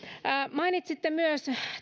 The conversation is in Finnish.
mainitsitte myös